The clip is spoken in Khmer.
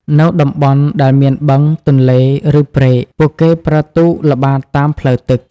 នៅតំបន់ដែលមានបឹង ទន្លេ ឬព្រែក ពួកគេប្រើទូកល្បាតតាមផ្លូវទឹក។